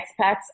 expats